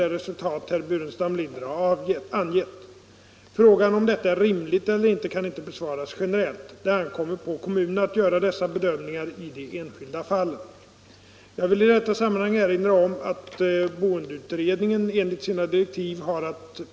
Det är därför naturligt att de vill ha ett omfattande medlemssamråd innan de avger sina remissvar.